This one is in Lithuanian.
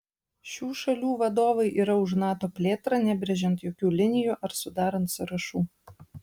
šių šalių vadovai yra už nato plėtrą nebrėžiant jokių linijų ar sudarant sąrašų